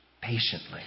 patiently